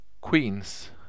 Queen's